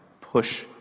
push